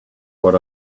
what